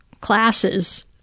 classes